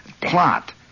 plot